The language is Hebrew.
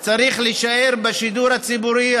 זה צריך להישאר בשידור הציבורי.